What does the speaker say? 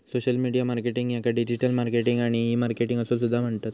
social media marketing याका digital marketing आणि e marketing असो सुद्धा म्हणतत